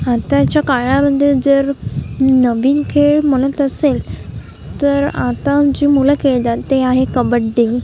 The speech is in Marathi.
आताच्या काळामध्ये जर नवीन खेळ म्हणत असेल तर आता जी मुलं खेळतात ते आहे कबड्डी